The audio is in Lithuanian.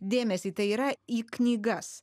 dėmesį tai yra į knygas